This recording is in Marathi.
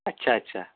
अच्छा अच्छा